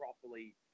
properly